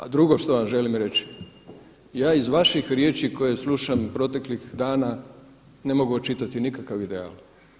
A drugo što vam želim reći, ja ih vaših riječi koje slušam proteklih dana ne mogu očitati nikakav ideal.